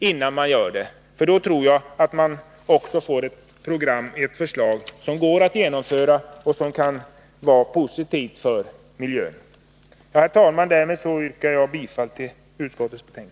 Om vi gör det tror jag vi får ett förslag till program som går att genomföra och som kan vara positivt för miljön. Herr talman! Därmed yrkar jag bifall till utskottets hemställan.